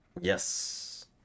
Yes